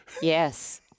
Yes